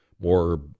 more